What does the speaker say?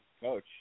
coach